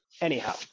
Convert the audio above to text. Anyhow